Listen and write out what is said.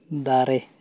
ᱫᱟᱨᱮ